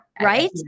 Right